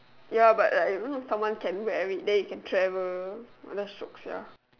ya but like even though someone get wear it then you can travel !wah! shiok sia